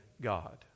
God